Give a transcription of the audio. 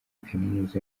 kaminuza